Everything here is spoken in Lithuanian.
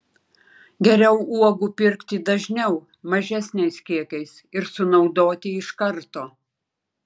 geriau uogų pirkti dažniau mažesniais kiekiais ir sunaudoti iš karto